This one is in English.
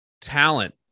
talent